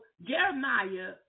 Jeremiah